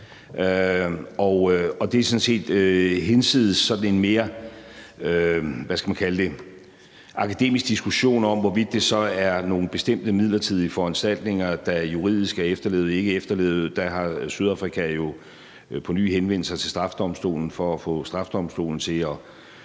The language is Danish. man kalde det – akademisk diskussion om, hvorvidt det så er nogle bestemte midlertidige foranstaltninger, der juridisk er efterlevet eller ikke er efterlevet, og der har Sydafrika jo på ny henvendt sig til Den Internationale Straffedomstol for at